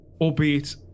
albeit